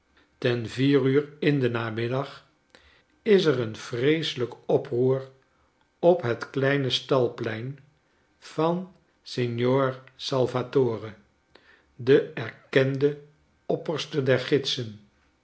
ten vier uur in den namiddag is er een vreeselijk oproer op het kleine stalplein van signor salvatore de erkende opperste dergidsen